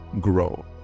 grow